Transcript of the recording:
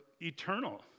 eternal